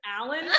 Alan